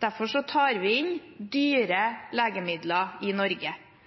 Derfor tar vi inn dyre legemidler i Norge.